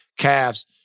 Cavs